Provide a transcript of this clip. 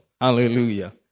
Hallelujah